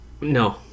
No